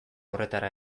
horretara